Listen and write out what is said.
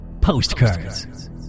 Postcards